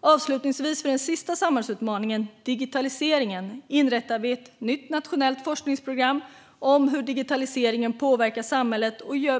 För den sista samhällsutmaningen, digitaliseringen, inrättar vi avslutningsvis ett nytt nationellt forskningsprogram om hur digitaliseringen påverkar samhället.